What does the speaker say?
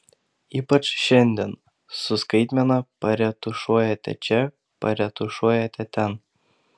ypač šiandien su skaitmena paretušuojate čia paretušuojate ten